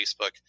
Facebook